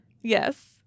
Yes